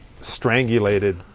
strangulated